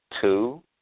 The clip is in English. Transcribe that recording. two